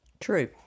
True